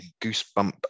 goosebump